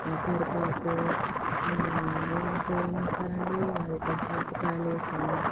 కరివేపాకు ఇంకా ఏమేశారండి ఆ పచ్చిమిరపకాయలు వేసాము